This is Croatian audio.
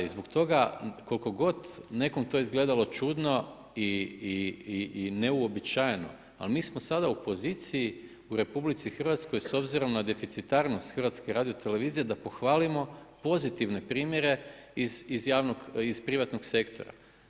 I zbog toga koliko god nekom to izgledalo čudno i neuobičajeno, ali mi smo sada u poziciji u RH s obzirom na deficitarnost HRT-a da pohvalimo pozitivne primjere iz privatnog sektora.